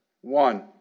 One